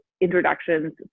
introductions